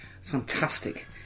fantastic